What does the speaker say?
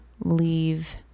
leave